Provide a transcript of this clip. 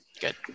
Good